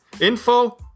info